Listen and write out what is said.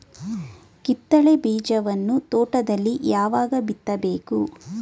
ಕಿತ್ತಳೆ ಬೀಜವನ್ನು ತೋಟದಲ್ಲಿ ಯಾವಾಗ ಬಿತ್ತಬೇಕು?